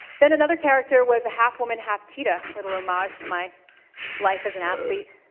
then another character was a half-woman, half-cheetah a little homage to my life as an athlete.